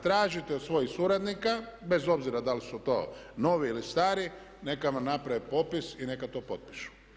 Tražite od svojih suradnika bez obzira da li su to novi ili stari, neka vam naprave popis i neka to potpišu.